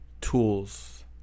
tools